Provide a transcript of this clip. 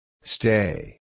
Stay